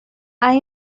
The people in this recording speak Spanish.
hay